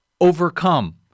overcome